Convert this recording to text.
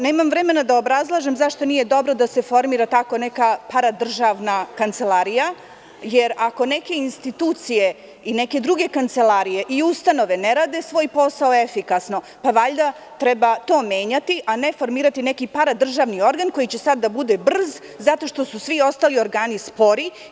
Nemam vremena da obrazlažem zašto nije dobro da se formira takva neka paradržavna kancelarija, jer ako neke institucije i neke druge kancelarije i ustanove ne rade svoj posao efikasno, valjda treba to menjati, a ne formirati neki paradržavni organ koji će sad da bude brz zato što su svi ostali organi spori.